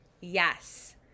Yes